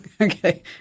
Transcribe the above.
Okay